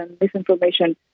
misinformation